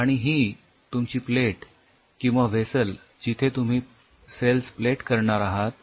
आणि ही तुमची प्लेट किंवा व्हेसल जिथे तुम्ही सेल्स प्लेट करणार आहात